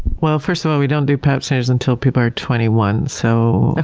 well, first of all, we don't do pap smears until people are twenty one. so ah